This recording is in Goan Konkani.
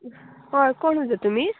हय कोण उलयता तुमी